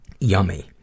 Yummy